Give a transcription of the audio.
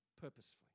purposefully